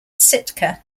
sitka